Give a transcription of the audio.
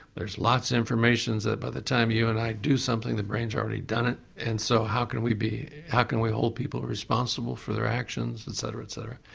there's lots of information, so by the time you and i do something the brain's already done it. and so how can we be, how can we hold people responsible for their actions etc, etc.